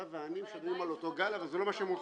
אתה ואני משדרים על אותו גל אבל זה לא מה שהם חושבים.